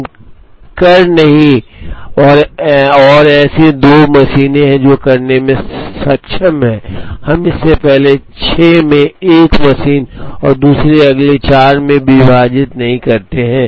हम कर नहीं और ऐसी 2 मशीनें हैं जो करने में सक्षम हैं हम इसे पहले 6 में 1 मशीन और दूसरे पर अगले 4 में विभाजित नहीं करते हैं